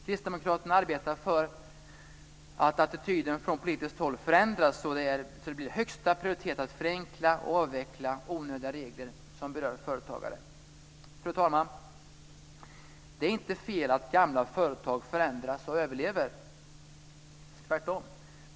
Kristdemokraterna arbetar för att attityden från politiskt håll förändras så att det blir högsta prioritet att förenkla och avveckla onödiga regler som berör företagare. Fru talman! Det är inte fel att gamla företag förändras och överlever, tvärtom.